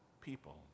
people